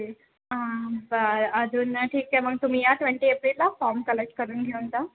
okay बरं अजून ठीक आहे मग तुम्ही या ट्वेंटी एप्रिलला फॉर्म कलेक्ट करून घेऊन जा